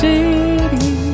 City